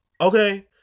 okay